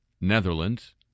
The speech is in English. Netherlands